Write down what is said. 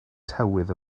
tywydd